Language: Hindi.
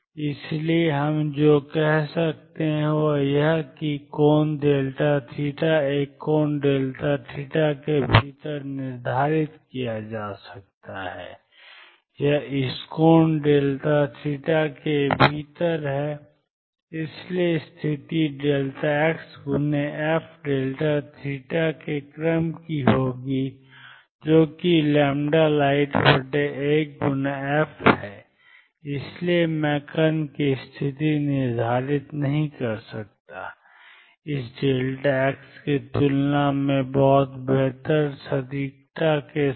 और इसलिए हम जो कह सकते हैं वह यह है कि यह कोण एक कोण के भीतर निर्धारित किया जा सकता है यह इस कोण के भीतर है और इसलिए स्थिति x f के क्रम की होगी जो कि lightaf है इसलिए मैं कण की स्थिति निर्धारित नहीं कर सकता इस x की तुलना में बहुत बेहतर सटीकता के साथ